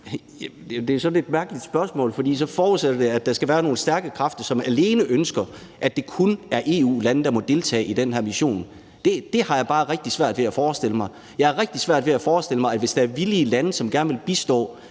et lidt mærkeligt spørgsmål, for så forudsætter det, at der skal være nogle stærke kræfter, som ønsker, at det alene er EU-lande, der må deltage i den her mission. Det har jeg bare rigtig svært ved at forestille mig. Jeg har rigtig svært ved at forestille mig, at man, hvis der er villige lande, som gerne vil bistå